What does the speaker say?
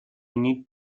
need